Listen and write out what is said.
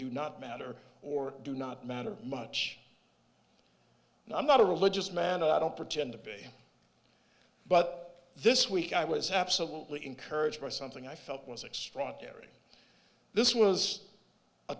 do not matter or do not matter much and i'm not a religious man and i don't pretend to be but this week i was absolutely encouraged by something i felt was extraordinary this was a